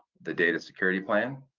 the data security plan,